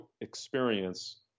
experience